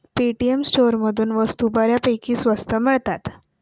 Paytm स्टोअरमधून वस्तू बऱ्यापैकी स्वस्त मिळतात